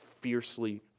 fiercely